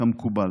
כמקובל.